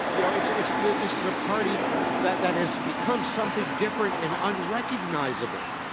you know, it's ah it's this is a party that that has become something different and unrecognizable,